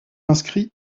inscrit